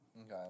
Okay